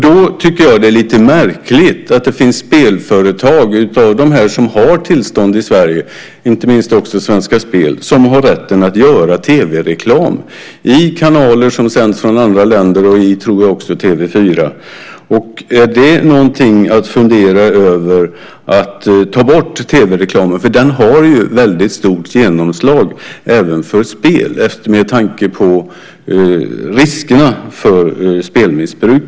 Då tycker jag att det är lite märkligt att det finns spelföretag som har tillstånd i Sverige, inte minst också Svenska Spel, som har rätt att göra tv-reklam i kanaler som sänds från andra länder och i, tror jag också, TV 4. Är det något att fundera över att ta bort tv-reklamen, som ju har väldigt stort genomslag även när det gäller spel, med tanke på riskerna för spelmissbruk?